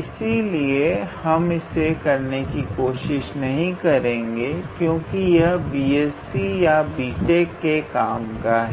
इसलिए हम इसे करने की कोशिश नहीं करेंगे क्योंकि यह BSc तथा BTech के काम का है